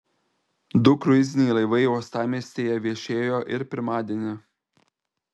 du kruiziniai laivai uostamiestyje viešėjo ir pirmadienį